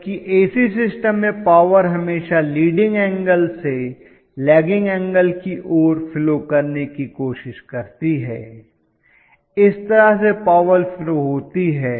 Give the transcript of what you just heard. जबकि AC system में power हमेशा लीडिंग एंगल से लैगिंग एंगल की ओर फ्लो करने की कोशिश करती है इस तरह से पावर फ्लो होती है